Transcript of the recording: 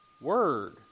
Word